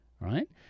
right